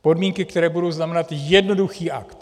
Podmínky, které budou znamenat jednoduchý akt.